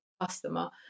customer